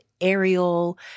aerial